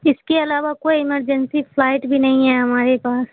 اس کے علاوہ کوئی ایمرجنسی فلائٹ بھی نہیں ہے ہمارے پاس